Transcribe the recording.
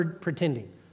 pretending